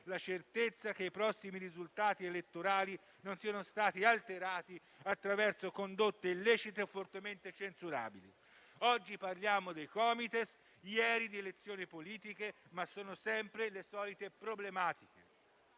la certezza che i prossimi risultati elettorali non siano stati alterati attraverso condotte illecite o fortemente censurabili. Oggi parliamo dei Comites, ieri di elezioni politiche, ma sono le solite problematiche